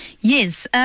Yes